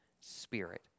Spirit